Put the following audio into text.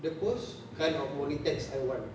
the post kind of morning texts I want